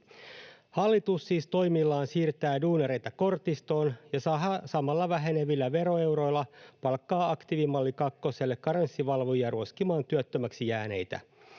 Hallitus siis toimillaan siirtää duunareita kortistoon ja samalla vähenevillä veroeuroilla palkkaa aktiivimalli kakkoselle karenssivalvojia ruoskimaan työttömäksi jääneitä.